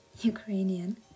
Ukrainian